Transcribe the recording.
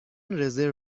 رزرو